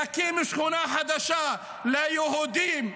להקים שכונה חדשה ליהודים,